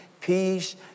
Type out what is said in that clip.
peace